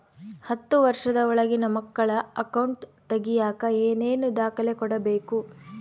ಹತ್ತುವಷ೯ದ ಒಳಗಿನ ಮಕ್ಕಳ ಅಕೌಂಟ್ ತಗಿಯಾಕ ಏನೇನು ದಾಖಲೆ ಕೊಡಬೇಕು?